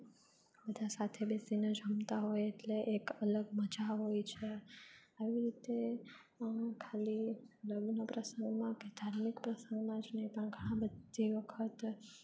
બધા સાથે બેસીને જમતા હોય એટલે એક અલગ મજા હોય છે આવી રીતે ખાલી લગ્ન પ્રસંગમાં કે ધાર્મિક પ્રસંગમાં જ નહીં પણ ઘણા જમતી વખતે